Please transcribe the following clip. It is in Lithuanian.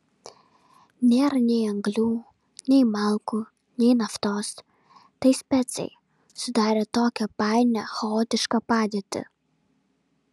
nėra nei anglių nei malkų nei naftos tai specai sudarė tokią painią chaotišką padėtį